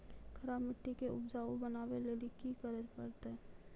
खराब मिट्टी के उपजाऊ बनावे लेली की करे परतै?